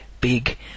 big